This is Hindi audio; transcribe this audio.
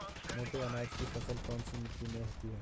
मोटे अनाज की फसल कौन सी मिट्टी में होती है?